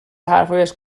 حرفهایشان